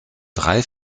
drei